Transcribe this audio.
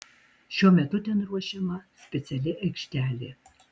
šiuo metu ten ruošiama speciali aikštelė